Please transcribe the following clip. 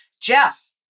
Jeff